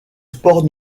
sports